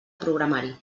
programari